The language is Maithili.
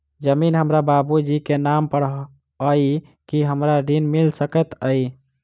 जमीन हमरा बाबूजी केँ नाम पर अई की हमरा ऋण मिल सकैत अई?